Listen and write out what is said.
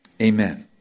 Amen